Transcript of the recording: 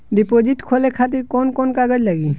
Deposit खोले खातिर कौन कौन कागज लागी?